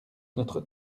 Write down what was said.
notre